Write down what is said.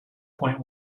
point